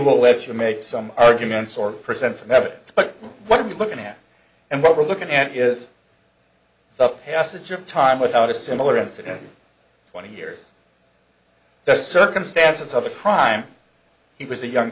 we'll let you made some arguments or present some evidence but what are we looking at and what we're looking at is the passage of time without a similar incident twenty years the circumstances of the crime he was a young